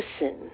listen